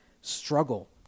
struggle